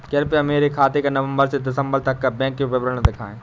कृपया मेरे खाते का नवम्बर से दिसम्बर तक का बैंक विवरण दिखाएं?